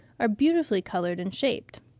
are beautifully coloured and shaped.